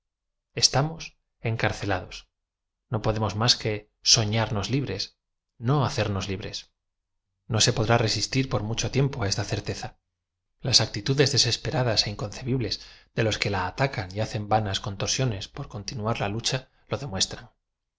os encarcelados no podemos más que soñamos libres no hacernos libres no se podrá resistir por mucho tiempo á esta certeza las actitudes desespera das é inconcebibles de los que la atacan y hacen v a nas contorsiones por continuar la lucha lo demues